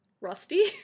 Rusty